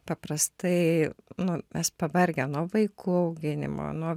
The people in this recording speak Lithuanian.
paprastai nu mes pavargę nuo vaikų auginimo nuo